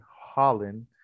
Holland